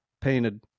Painted